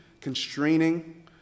constraining